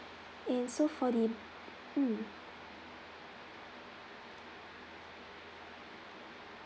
and so for the mm